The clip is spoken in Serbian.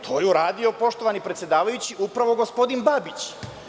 To je uradio, poštovani predsedavajući, upravo gospodin Babić.